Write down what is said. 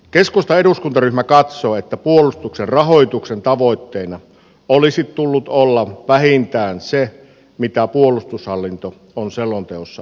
keskustan eduskuntaryhmä katsoo että puolustuksen rahoituksen tavoitteena olisi tullut olla vähintään se mitä puolustushallinto on selonteossa esittänyt